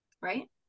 right